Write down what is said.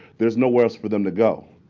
there's nowhere else for them to go.